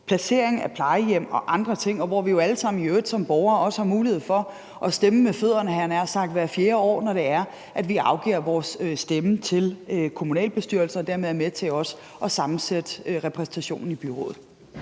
placering af plejehjem og andre ting. Vi har jo i øvrigt alle sammen som borgere også mulighed for at stemme med fødderne, havde jeg nær sagt, hvert fjerde år, når det er, at vi afgiver vores stemme til kommunalbestyrelser og dermed er med til også at sammensætte repræsentationen i byrådet.